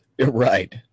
right